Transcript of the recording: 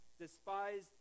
despised